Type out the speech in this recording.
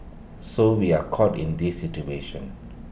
so we are caught in this situation